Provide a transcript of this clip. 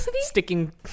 Sticking